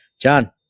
John